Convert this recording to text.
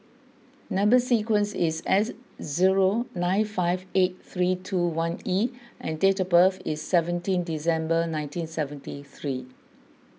Number Sequence is S zero nine five eight three two one E and date of birth is seventeen December nineteen seventy three